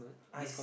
I see